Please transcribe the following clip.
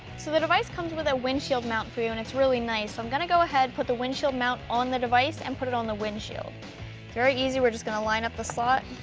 so the device comes with a windshield mount for you and it's really nice so i'm gonna go ahead, put the windshield mount on the device and put it on the windshield. it's very easy. we're just gonna line up the slot,